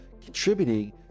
contributing